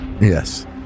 Yes